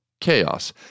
chaos